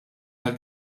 għal